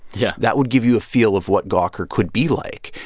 yeah that would give you a feel of what gawker could be like.